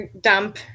dump